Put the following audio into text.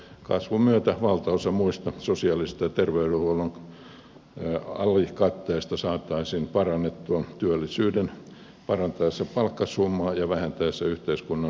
kasvun myötä valtaosa muista sosiaalisista ja terveydenhuollon alikatteista saataisiin parannettua työllisyyden parantaessa palkkasummaa ja vähentäessä yhteiskunnan sosiaalikustannuksia